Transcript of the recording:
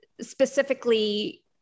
specifically